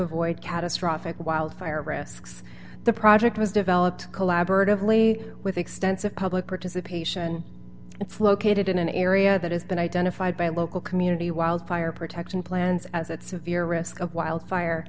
avoid catastrophic wildfire risks the project was developed collaboratively with extensive public participation it's located in an area that has been identified by local community wildfire protection plans as that severe risk of wild fire